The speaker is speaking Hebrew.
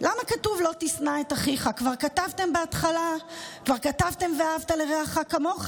למה כתוב "לא תשנא את אחיך?" כבר כתבתם בהתחלה "ואהבת לרעך כמוך",